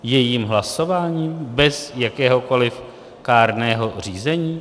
Jejím hlasováním, bez jakéhokoliv kárného řízení?